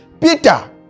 Peter